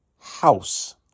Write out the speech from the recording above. house